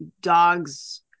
dogs